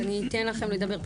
ואני אתן לכם לדבר.